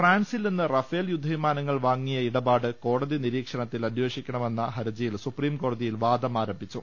ഫ്രാൻസിൽ നിന്ന് റഫേൽ യുദ്ധവിമാനങ്ങൾ വാങ്ങിയ ഇട പാട് കോടതി നിരീക്ഷണത്തിൽ അന്വേഷിക്കണമെന്ന ഹർജിയിൽ സുപ്രീംകോടതിയിൽ വാദം ആരംഭിച്ചു